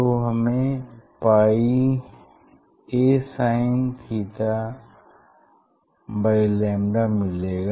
तो हमें pi a sin θ by lambda मिलेगा